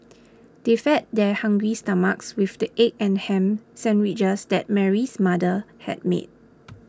they fed their hungry stomachs with the egg and ham sandwiches that Mary's mother had made